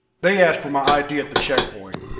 they asked for my id at the checkpoint.